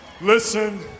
listen